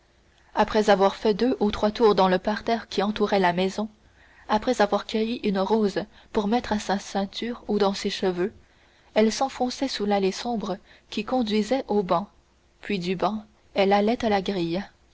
après avoir fait deux ou trois tours dans le parterre qui entourait la maison après avoir cueilli une rose pour mettre à sa ceinture ou dans ses cheveux elle s'enfonçait sous l'allée sombre qui conduisait au banc puis du banc elle allait à la grille